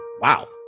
Wow